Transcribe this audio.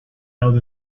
out